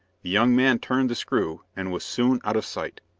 the young man turned the screw, and was soon out of sight.